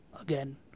again